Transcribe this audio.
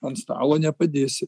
ant stalo nepadėsi